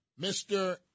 Mr